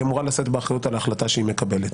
היא אמורה לשאת באחריות על החלטה שהיא מקבלת.